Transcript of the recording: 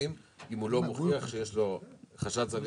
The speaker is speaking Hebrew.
מס?